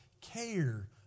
care